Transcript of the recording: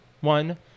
one